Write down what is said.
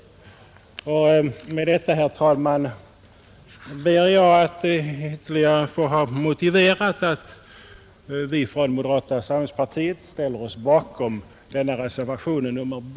14 maj 1971 Med detta, herr talman, har jag ytterligare velat motivera att vi från | g Å . Granskning av statsmoderata samlingspartiet ställer oss bakom reservationen B.